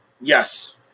Yes